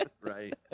right